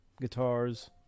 guitars